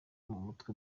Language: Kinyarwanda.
umutwe